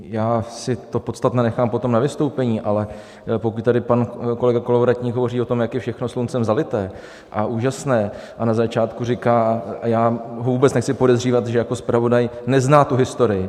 Já si to podstatné nechám potom na vystoupení, ale pokud tady pan kolega Kolovratník hovoří o tom, jak je všechno sluncem zalité a úžasné, a na začátku říká a já ho vůbec nechci podezřívat, protože jako zpravodaj nezná tu historii...